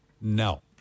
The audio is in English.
No